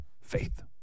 faith